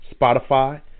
Spotify